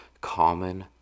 common